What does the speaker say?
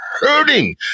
hurting